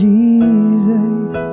Jesus